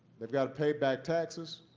they've got to pay back taxes,